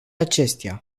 acestea